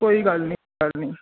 कोई गल्ल नी